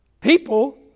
people